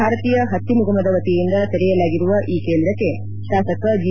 ಭಾರತೀಯ ಹತ್ತಿ ನಿಗಮದ ವತಿಯಿಂದ ತೆರೆಯಲಾಗಿರುವ ಈ ಕೇಂದ್ರಕ್ಕೆ ಶಾಸಕ ಜಿ